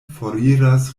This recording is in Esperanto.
foriras